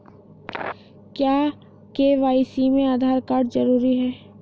क्या के.वाई.सी में आधार कार्ड जरूरी है?